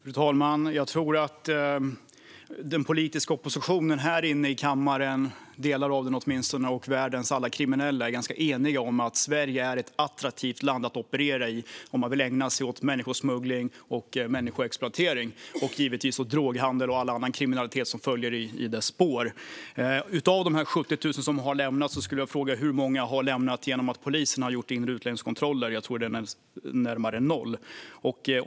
Fru talman! Jag tror att den politiska oppositionen här i kammaren - åtminstone delar av den - och världens alla kriminella är ganska eniga om att Sverige är ett attraktivt land att operera i om man vill ägna sig åt människosmuggling och människoexploatering. Det gäller givetvis även droghandel och all annan kriminalitet som följer i dess spår. Jag skulle vilja fråga hur många av de 70 000 som har lämnat Sverige som har gjort det på grund av att polisen har genomfört inre utlänningskontroller. Jag tror att siffran är närmare noll.